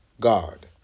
God